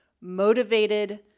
motivated